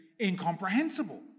incomprehensible